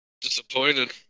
disappointed